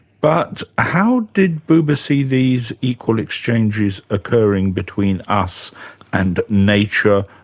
but how did buber see these equal exchanges occurring between us and nature,